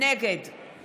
נגד